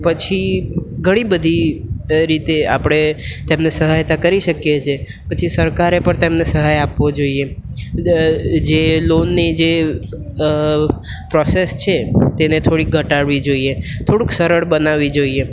પછી ઘણી બધી રીતે આપણે તેમણે સહાયતા કરી શકીએ છીએ પછી સરકારે પણ તેમને સહાય આપવો જોઈએ જે લોનની જે પ્રોસેસ છે તેને થોડી ઘટાડવી જોઈએ થોડુંક સરળ બનાવવી જોઈએ